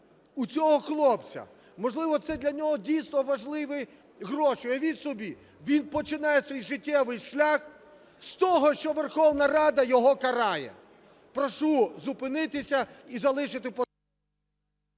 у цього хлопця. Можливо, це для нього дійсно важливі гроші. Уявіть собі, він починає свій життєвий шлях з того, що Верховна Рада його карає. Прошу зупинитися і залишити…